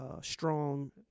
strong